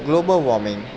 global warming